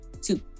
two